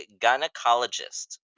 gynecologist